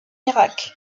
irak